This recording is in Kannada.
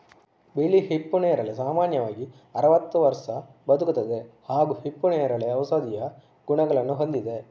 ಬಿಳಿ ಹಿಪ್ಪು ನೇರಳೆ ಸಾಮಾನ್ಯವಾಗಿ ಅರವತ್ತು ವರ್ಷ ಬದುಕುತ್ತದೆ ಹಾಗೂ ಹಿಪ್ಪುನೇರಳೆ ಔಷಧೀಯ ಗುಣಗಳನ್ನು ಹೊಂದಿದೆ